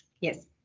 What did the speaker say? Yes